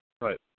Right